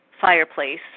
fireplace